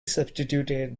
substituted